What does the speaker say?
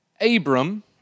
Abram